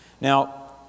Now